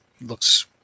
looks